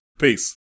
Peace